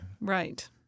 Right